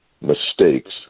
mistakes